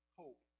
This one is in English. hope